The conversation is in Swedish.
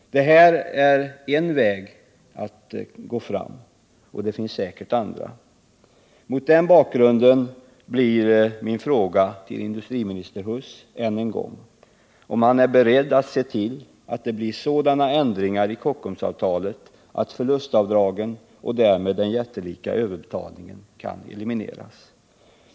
Detta är en väg att gå fram, och det finns säkerligen andra. Mot den bakgrunden blir min fråga till industriminister Huss än en gång om han är beredd att se till att det blir sådana ändringar i Kockumsavtalet att förlustavdragen och därmed den jättelika överbetalningen kan elimineras.